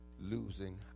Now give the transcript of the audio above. losing